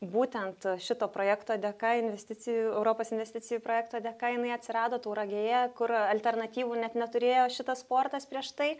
būtent šito projekto dėka investicijų europos investicijų projekto dėka jinai atsirado tauragėje kur alternatyvų net neturėjo šitas sportas prieš tai